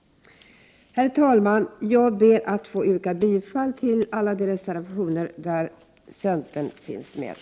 Herr talman! Jag ber att få yrka bifall till alla reservationer som centern står bakom.